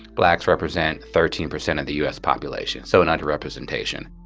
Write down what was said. blacks represent thirteen percent of the u s. population. so an underrepresentation